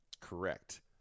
correct